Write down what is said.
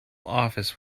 office